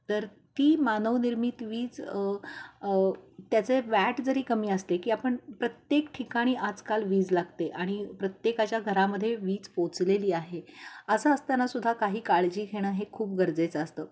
तर ती मानवनिर्मित वीज त्याचे वॅट जरी कमी असले की आपण प्रत्येक ठिकाणी आजकाल वीज लागते आणि प्रत्येकाच्या घरामध्ये वीज पोचलेली आहे असं असताना सुद्धा काही काळजी घेणं हे खूप गरजेचं असतं